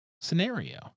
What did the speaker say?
scenario